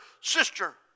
sister